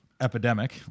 epidemic